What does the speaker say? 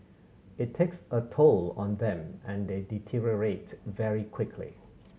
it takes a toll on them and they deteriorate very quickly